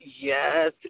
Yes